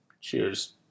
Cheers